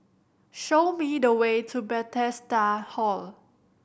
show me the way to Bethesda Hall